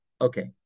Okay